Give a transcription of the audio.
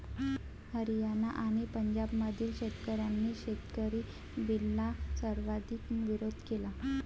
हरियाणा आणि पंजाबमधील शेतकऱ्यांनी शेतकरी बिलला सर्वाधिक विरोध केला